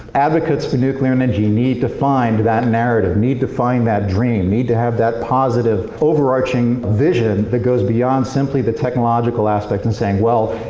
advocates for nuclear energy need to find that narrative need to find that dream. you need to have that positive overarching vision that goes beyond simply the technological aspect and saying well,